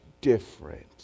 different